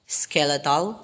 skeletal